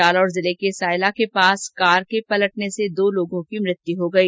जालोर जिले के सायला के पास कार के पलटने से दो लोगों की मृत्यु हो गई